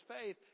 faith